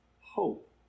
hope